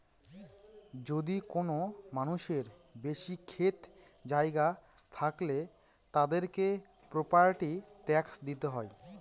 যদি কোনো মানুষের বেশি ক্ষেত জায়গা থাকলে, তাদেরকে প্রপার্টি ট্যাক্স দিতে হয়